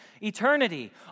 eternity